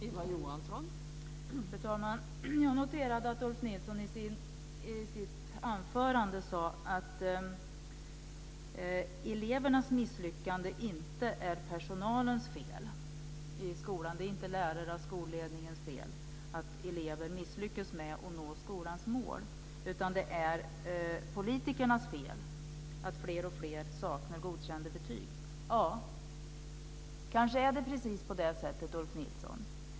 Fru talman! Jag noterade att Ulf Nilsson i sitt anförande sade att elevernas misslyckande inte är personalens fel. Det är inte lärarnas eller skolledningens fel att elever misslyckas med att nå skolans mål, utan det är politikernas fel att fler och fler saknar godkända betyg. Ja, det är kanske precis på det sättet, Ulf Nilsson.